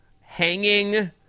hanging